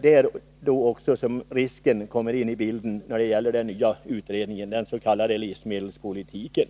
Där kommer också risken in i bilden när det gäller den nya utredningen om livsmedelspolitiken.